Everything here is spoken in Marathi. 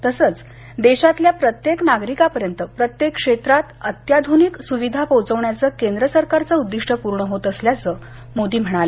तसंच देशातल्या प्रत्येक नागरिकापर्यंत प्रत्येक क्षेत्रात अत्याधुनिक सुविधा पोहचवण्याचं केंद्र सरकारचं उद्दिष्ट पूर्ण होत असल्याचं मोदी म्हणाले